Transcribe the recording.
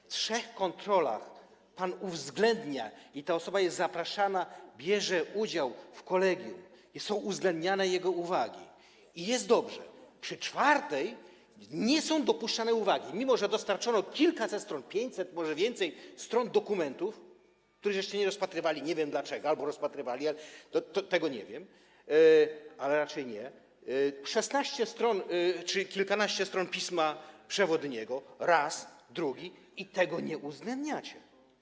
W trzech kontrolach pan to uwzględnia, ta osoba jest zapraszana, bierze udział w kolegium i są uwzględniane jej uwagi i jest dobrze, a przy czwartej nie są dopuszczane uwagi, mimo że dostarczono kilkaset stron - 500, może więcej stron - dokumentów, których żeście nie rozpatrywali, nie wiem dlaczego, albo rozpatrywali, tego nie wiem, ale raczej nie, kilkanaście stron pisma przewodniego, raz, drugi, tego nie uwzględniacie.